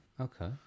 Okay